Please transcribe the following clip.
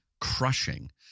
crushing